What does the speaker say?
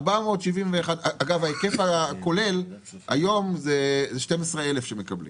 אגב, ההיקף הכולל היום זה 12,000 שקל שמקבלים.